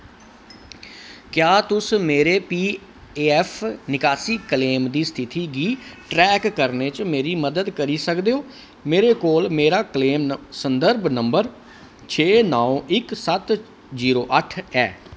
क्या तुस मेरे पी ऐफ्फ निकासी क्लेम दी स्थिति गी ट्रैक करने च मेरी मदद करी सकदे ओ मेरे कोल मेरा क्लेम संदर्भ नंबर छे नै इक सत्त जीरो अट्ठ ऐ